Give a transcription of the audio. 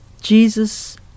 Jesus